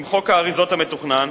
עם חוק האריזות המתוכנן,